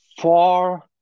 four